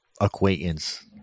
acquaintance